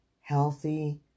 healthy